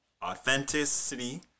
authenticity